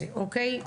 --- אוקיי,